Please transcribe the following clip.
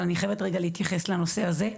אבל אני חייבת רגע להתייחס לנושא הזה.